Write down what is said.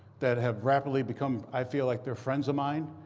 that have rapidly become i feel like they're friends of mine.